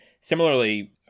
similarly